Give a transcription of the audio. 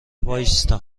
وایستا